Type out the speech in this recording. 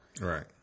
Right